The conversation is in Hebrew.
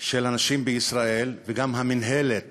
של הנשים בישראל, וגם את המינהלת